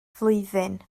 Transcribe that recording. flwyddyn